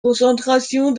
concentration